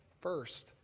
first